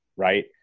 right